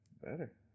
Better